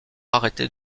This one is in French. arrêté